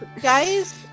Guys